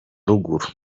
ruguru